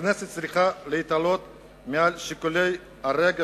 הכנסת צריכה להתעלות מעל שיקולי הרגע